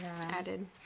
added